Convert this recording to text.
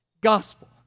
gospel